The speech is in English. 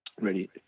ready